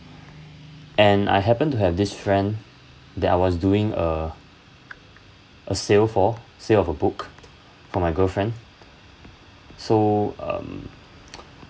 and I happen to have this friend that I was doing a a sale for sale of a book for my girlfriend so um